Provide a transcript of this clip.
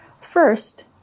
First